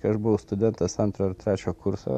kai aš buvau studentas antro ar trečio kurso